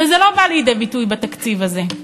וזה לא בא לידי ביטוי בתקציב הזה.